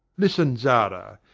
listen, zara!